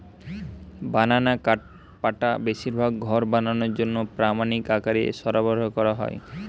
বানানা কাঠপাটা বেশিরভাগ ঘর বানানার জন্যে প্রামাণিক আকারে সরবরাহ কোরা হয়